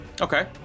Okay